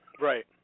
Right